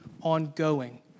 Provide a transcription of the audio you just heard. ongoing